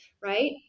Right